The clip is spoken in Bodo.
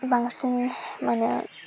बांसिन मोनो